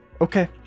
okay